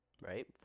right